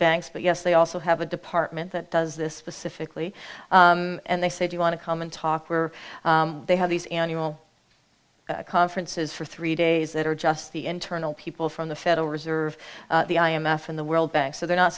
banks but yes they also have a department that does this specifically and they said you want to come and talk where they have these annual conferences for three days that are just the internal people from the federal reserve the i m f and the world bank so they're not